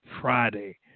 Friday